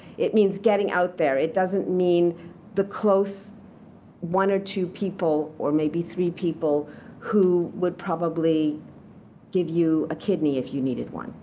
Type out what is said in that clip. it means getting out there. it doesn't mean the close one or two people or maybe three people who would probably give you a kidney if you needed one.